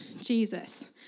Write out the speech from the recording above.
Jesus